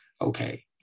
okay